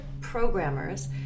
programmers